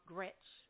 Gretch